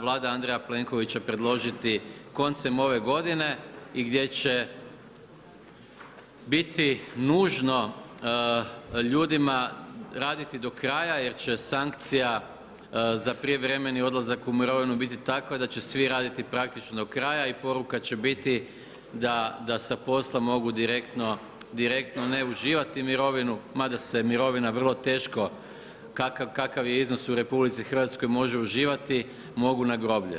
Vlada Andreja Plenkovića predložiti koncem ove godine i gdje će biti nužno ljudima raditi do kraja jer će sankcija za prijevremeni odlazak u mirovinu biti takva da će svi raditi praktično do kraja i poruka će biti da sa posla mogu direktno ne uživati mirovinu mada se mirovina vrlo teško, kakav je iznos u RH može uživati, mogu na groblje.